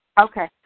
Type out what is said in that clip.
Okay